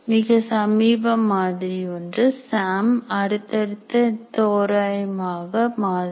மிக சமீப மாதிரி ஒன்று சாம் அடுத்தடுத்த தோராயமாக மாதிரி